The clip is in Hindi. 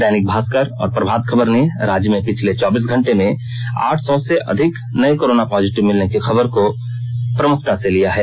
दैनिक भास्कर और प्रभात खबर ने राज्य में पिछले चौबीस घंटे में आठ सौ से अधिक नये कोरोना पॉजिटिव मिलने की खबर को प्रमुखता से लिया है